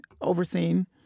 overseen